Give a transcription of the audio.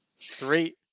Three